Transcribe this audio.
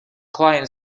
client